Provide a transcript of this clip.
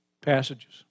passages